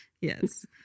Yes